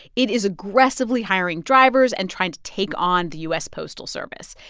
it is aggressively hiring drivers and trying to take on the u s. postal service.